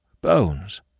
Bones